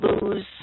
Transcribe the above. lose